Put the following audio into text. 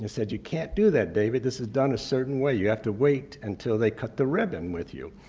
ah said, you can't do that, david. this is done a certain way. you have to wait until they cut the ribbon with you.